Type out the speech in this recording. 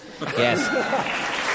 Yes